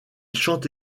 chante